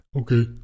okay